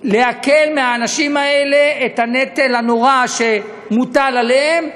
להקל על האנשים האלה את הנטל הנורא שמוטל עליהם,